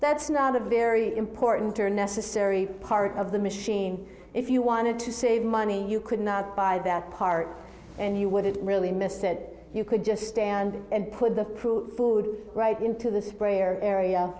that's not a very important or necessary part of the machine if you wanted to save money you could not buy that part and you wouldn't really miss said you could just stand there and put the proof right into the sprayer area